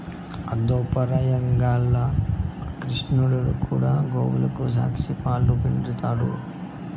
దోపర యుగంల క్రిష్ణుడు కూడా గోవుల సాకి, పాలు పిండినాడు